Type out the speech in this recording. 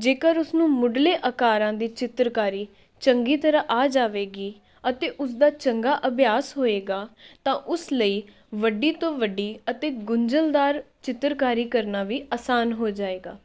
ਜੇਕਰ ਉਸਨੂੰ ਮੁੱਢਲੇ ਆਕਾਰਾਂ ਦੀ ਚਿੱਤਰਕਾਰੀ ਚੰਗੀ ਤਰ੍ਹਾਂ ਆ ਜਾਵੇਗੀ ਅਤੇ ਉਸਦਾ ਚੰਗਾ ਅਭਿਆਸ ਹੋਵੇਗਾ ਤਾਂ ਉਸ ਲਈ ਵੱਡੀ ਤੋਂ ਵੱਡੀ ਅਤੇ ਗੁੰਝਲਦਾਰ ਚਿੱਤਰਕਾਰੀ ਕਰਨਾ ਵੀ ਆਸਾਨ ਹੋ ਜਾਵੇਗਾ